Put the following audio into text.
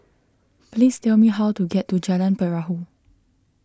please tell me how to get to Jalan Perahu